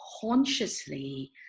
consciously